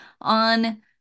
on